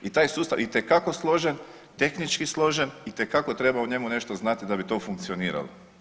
I taj sustav itekako složen, tehnički složen, itekako treba o njemu nešto znati da bi to funkcioniralo.